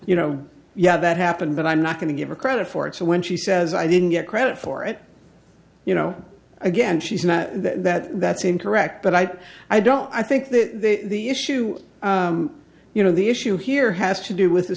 you know yeah that happened but i'm not going to give her credit for it so when she says i didn't get credit for it you know again she's not that that's incorrect but i i don't i think that the issue you know the issue here has to do with the